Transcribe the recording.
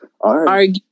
Argue